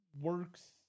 works